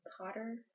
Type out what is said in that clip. Potter